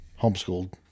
homeschooled